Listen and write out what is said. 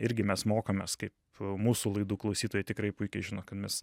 irgi mes mokomės kaip mūsų laidų klausytojai tikrai puikiai žino kad mes